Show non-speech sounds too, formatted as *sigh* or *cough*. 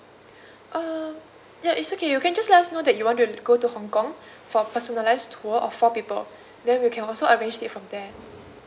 *breath* uh ya it's okay you can just let us know that you want to go to hong kong *breath* for personalize tour of for people *breath* then we can also arrange it from there